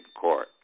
Court